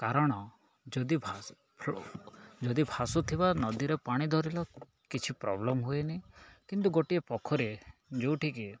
କାରଣ ଯଦି ଯଦି ଭାସୁଥିବା ନଦୀରେ ପାଣି ଧରିଲ କିଛି ପ୍ରୋବ୍ଲେମ୍ ହୁଏନି କିନ୍ତୁ ଗୋଟିଏ ପୋଖରୀ ଯୋଉଠିକି